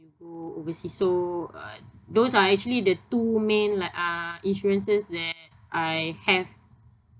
you go overseas so those are actually the two main li~ uh insurances that I have